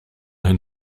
hun